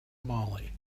molly